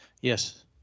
Yes